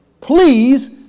Please